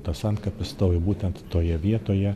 tas antkapis stovi būtent toje vietoje